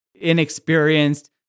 inexperienced